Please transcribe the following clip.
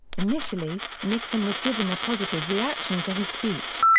initially, nixon was given a positive reaction for his speech.